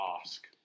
ask